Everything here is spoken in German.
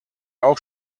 auch